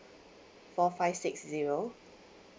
four five six zero